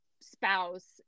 spouse